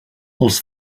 els